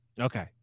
Okay